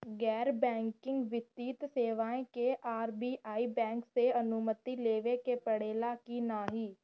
गैर बैंकिंग वित्तीय सेवाएं के लिए आर.बी.आई बैंक से अनुमती लेवे के पड़े ला की नाहीं?